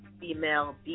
female